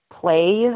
play